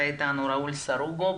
ראול סרוגו,